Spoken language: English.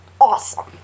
awesome